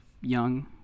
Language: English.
young